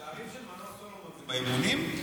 השערים של מנור סולומון, זה באימונים?